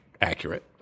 accurate